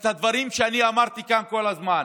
אלה הדברים שאמרתי כאן כל הזמן,